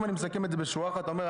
אם אני מסכם את זה בשורה אחת אתה אומר,